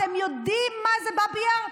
אתם יודעים מה זה באבי יאר?